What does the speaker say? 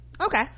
okay